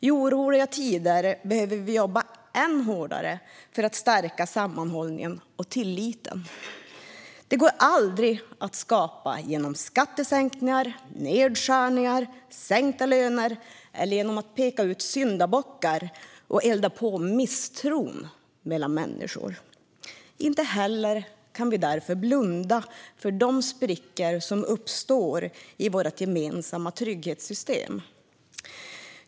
I oroliga tider behöver vi jobba ännu hårdare för att stärka sammanhållningen och tilliten. Detta går aldrig att skapa genom skattesänkningar, nedskärningar och sänkta löner eller genom att peka ut syndabockar och elda på misstron mellan människor. Inte heller kan vi blunda för de sprickor som uppstår i våra gemensamma trygghetssystem.